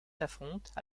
s’affrontent